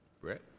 Brett